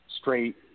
straight